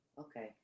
Okay